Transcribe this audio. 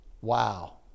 Wow